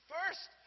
First